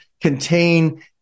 contain